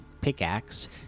Pickaxe